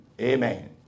Amen